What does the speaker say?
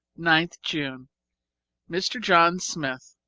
ninth june mr. john smith,